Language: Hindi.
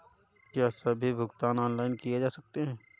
क्या सभी भुगतान ऑनलाइन किए जा सकते हैं?